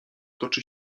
toczy